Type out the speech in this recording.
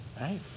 Right